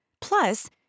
Plus